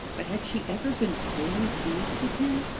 but had she ever been wholly pleased with him?